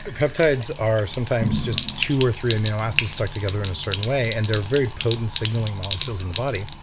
peptides are sometimes just two or three amino acids stuck together in a certain way and they're very potent signaling molecules in the body.